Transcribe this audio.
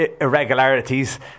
Irregularities